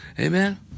Amen